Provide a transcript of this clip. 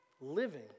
living